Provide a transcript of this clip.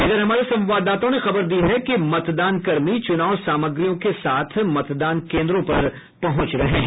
इधर हमारे संवाददाताओं ने खबर दी है कि मतदानकर्मी चुनाव सामग्रियों के साथ मतदान केन्द्रों पर पहुंच रहे हैं